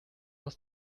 aus